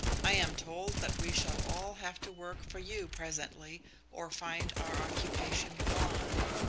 i am told that we shall all have to work for you presently or find our occupation gone.